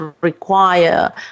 require